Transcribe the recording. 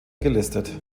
gelistet